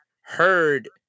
heard